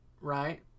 right